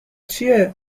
چیه